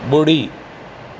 ॿुड़ी